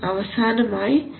അവസാനമായി 0